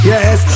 Yes